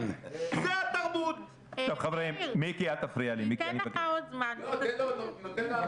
----------- מיקי, אותו דבר